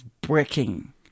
breaking